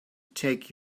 take